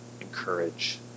encourage